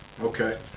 okay